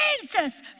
Jesus